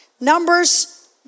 Numbers